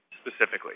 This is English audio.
specifically